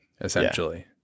essentially